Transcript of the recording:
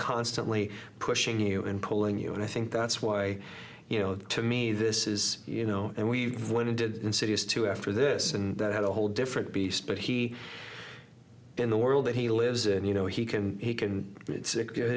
constantly pushing you and pulling you and i think that's why you know to me this is you know and we've winded insidious two after this and that had a whole different beast but he in the world that he lives in you know he can he can